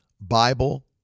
Bible